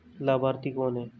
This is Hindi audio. लाभार्थी कौन है?